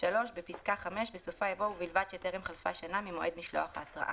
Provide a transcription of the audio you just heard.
בפסקה (5) בסופה יבוא "ובלבד שטרם חלפה שנה ממועד משלוח ההתראה".